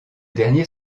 derniers